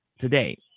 today